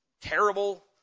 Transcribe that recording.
terrible